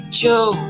joe